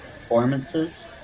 performances